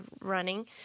running